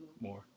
more